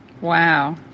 wow